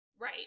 Right